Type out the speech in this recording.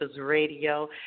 Radio